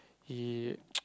he